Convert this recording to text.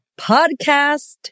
podcast